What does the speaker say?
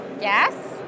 Yes